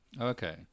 okay